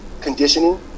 conditioning